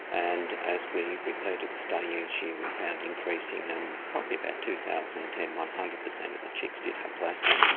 and as we repeated the study each year we found increasing and probably about two thousand and ten one hundred percent of the chicks did have plastic.